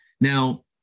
Now